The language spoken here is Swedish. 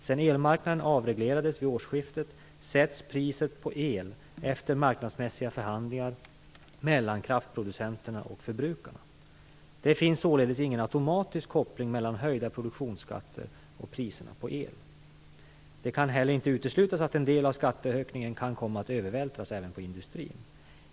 Sedan elmarknaden avreglerades vid årsskiftet sätts priset på el efter marknadsmässiga förhandlingar mellan kraftproducenterna och förbrukarna. Det finns således ingen automatisk koppling mellan höjda produktionsskatter och priserna på el. Det kan heller inte uteslutas att en del av skattehöjningen kan komma att övervältras även på industrin.